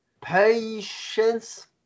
patience